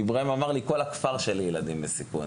ואיברהים אמר לי: ״כל הכפר שלי ילדים בסיכון״.